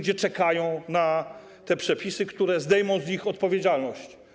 Oni czekają na te przepisy, które zdejmą z nich odpowiedzialność.